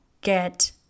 get